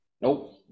Nope